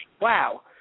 Wow